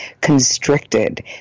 constricted